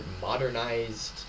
modernized